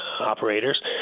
operators